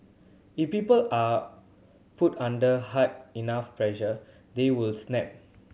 if people are put under hard enough pressure they will snap